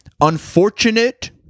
unfortunate